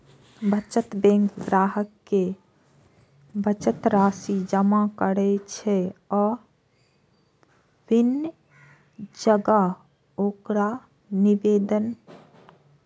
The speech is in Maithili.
बचत बैंक ग्राहक के बचत राशि जमा करै छै आ विभिन्न जगह ओकरा निवेश करै छै